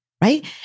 right